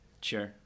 Sure